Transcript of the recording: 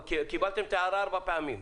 קיבלתם את ההערה ארבע פעמים.